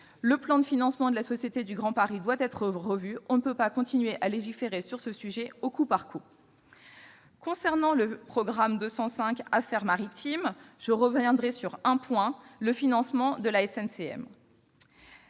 Le plan de financement de la SGP doit être revu. On ne peut pas continuer à légiférer sur ce sujet au coup par coup. Concernant le programme 205, « Affaires maritimes », je ne reviendrai que sur un point : le financement de la SNSM,